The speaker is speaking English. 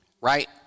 right